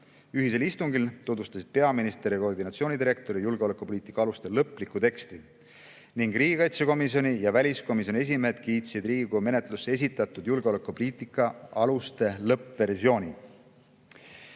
Ühisel istungil tutvustasid peaminister ja koordinatsioonibüroo direktor julgeolekupoliitika aluste lõplikku teksti ning riigikaitsekomisjoni ja väliskomisjoni esimehed kiitsid Riigikogu menetlusse esitatud julgeolekupoliitika aluste lõppversiooni